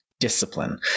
Discipline